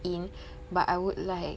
in but I would like